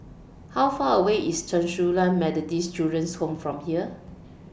How Far away IS Chen Su Lan Methodist Children's Home from here